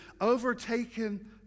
overtaken